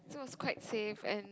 it was quite safe and